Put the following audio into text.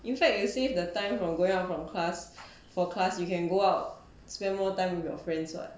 in fact you save the time from going out from class for class you can go out spend more time with your friends [what]